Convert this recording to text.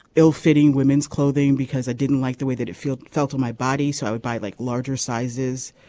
ill fitting women's clothing because i didn't like the way that it feels felt on my body so i would buy like larger sizes.